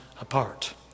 apart